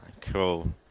Cool